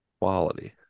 quality